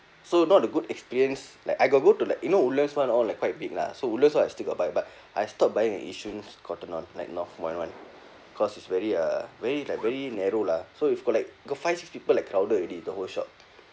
so not a good experience like I got go to like you know woodlands one all like quite big lah so woodlands one I still got buy but I stop buying at yishun's Cotton On like northpoint one cause it's very uh very like very narrow lah so if got like got five six people like crowded already the whole shop